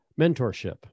Mentorship